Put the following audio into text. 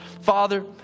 Father